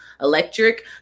electric